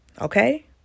Okay